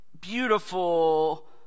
beautiful